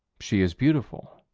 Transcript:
she is beautiful.